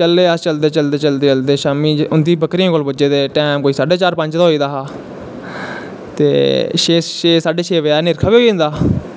चले अस चसदे चलदे बकरियें कोल पुज्जे ते टैम कोई साड्डे चार पंज दा होई दा हा ते छे साढे छे बजे नेरखा बी होई जंदा